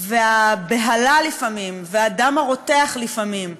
והבהלה לפעמים והדם הרותח לפעמים,